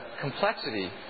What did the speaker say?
complexity